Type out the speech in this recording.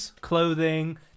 clothing